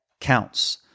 counts